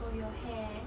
oh your hair